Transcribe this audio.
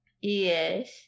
Yes